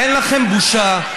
אין לכם בושה.